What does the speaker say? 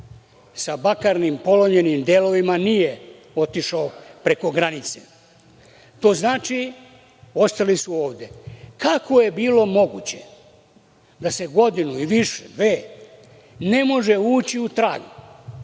sa bakarnim polomljenim delovima nije otišao preko granice. To znači da su ostali ovde. Kako je bilo moguće da se godinu i više, dve ne može ući u trag